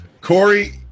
Corey